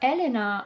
Elena